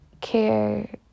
care